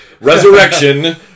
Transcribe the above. Resurrection